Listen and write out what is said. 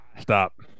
Stop